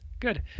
Good